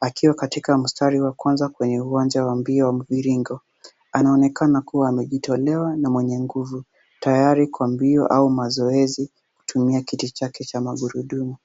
akiwa katika mstari wa kwanza kwenye uwanja wa mbio wa mviringo, anaonekana kuwa amejitolea na mwenye nguvu tayari kwa mbio au mazoezi kutumia kiti chake cha magurudumu.